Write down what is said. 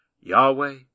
Yahweh